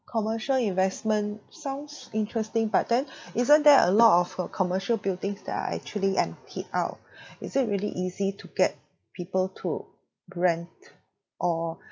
commercial investment sounds interesting but then isn't there a lot of uh commercial buildings that are actually emptied out is it really easy to get people to rent or